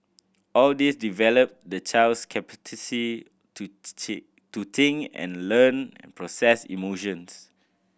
all this develop the child's capacity to to think and learn process emotions